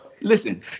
listen